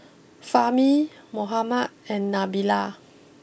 Fahmi Muhammad and Nabila